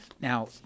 Now